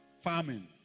farming